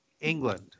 England